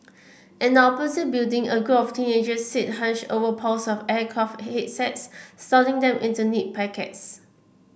in the opposite building a group of teenagers sit hunched over piles of aircraft headsets slotting them into neat packets